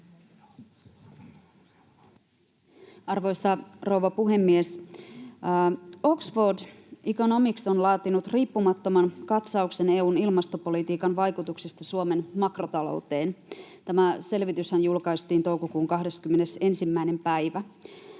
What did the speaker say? Arvoisa rouva puhemies! Oxford Economics on laatinut riippumattoman katsauksen EU:n ilmastopolitiikan vaikutuksista Suomen makrotalouteen. Tämä selvityshän julkaistiin toukokuun 21. päivä.